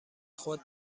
خود